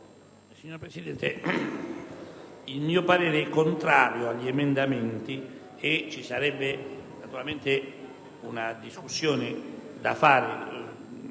Signor Presidente, il mio parere è contrario. Ci sarebbe naturalmente una discussione da fare,